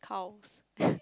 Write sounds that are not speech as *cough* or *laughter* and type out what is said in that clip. cows *breath*